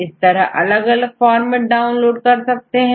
इस तरह अलग अलग फॉरमैट डाउनलोड कर सकते हैं